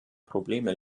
probleme